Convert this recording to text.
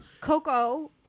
coco